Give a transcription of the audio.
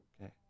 Okay